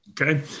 Okay